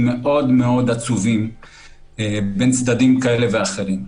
מאוד מאוד עצובים בין צדדים כאלה ואחרים,